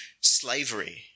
slavery